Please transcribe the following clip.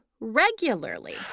regularly